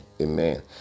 Amen